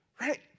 Right